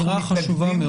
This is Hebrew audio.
הערה חשובה מאוד.